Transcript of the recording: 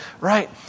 right